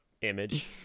image